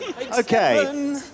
Okay